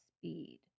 speed